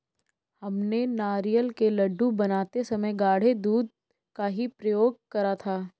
हमने नारियल के लड्डू बनाते समय गाढ़े दूध का ही प्रयोग करा था